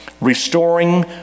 restoring